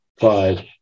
Five